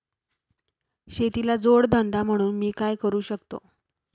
शेतीला जोड धंदा म्हणून मी काय करु शकतो?